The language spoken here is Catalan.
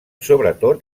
sobretot